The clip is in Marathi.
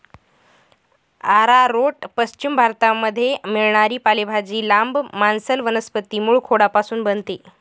आरारोट पश्चिम भारतामध्ये मिळणारी पालेभाजी, लांब, मांसल वनस्पती मूळखोडापासून बनते